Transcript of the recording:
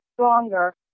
stronger